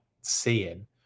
seeing